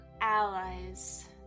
allies